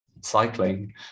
cycling